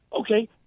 okay